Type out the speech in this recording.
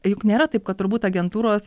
juk nėra taip kad turbūt agentūros